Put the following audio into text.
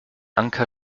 anker